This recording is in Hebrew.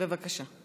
הרצנו, בבקשה.